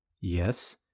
yes